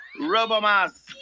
Robomas